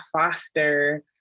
foster